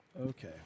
Okay